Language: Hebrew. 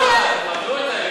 תכבדו אותה,